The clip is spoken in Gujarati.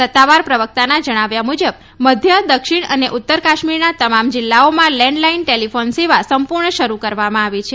સત્તાવાર પ્રવક્તાના જણાવ્યા મુજબ મધ્ય દક્ષિણ અને ઉત્તર કાશ્મીરના તમામ જિલ્લાઓમાં લેન્ડલાઈન ટેલિફોન સેવા સંપૂર્ણ શરૂ કરવામાં આવી છે